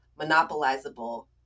monopolizable